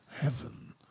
heaven